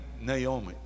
Naomi